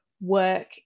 work